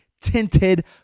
tinted